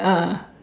ah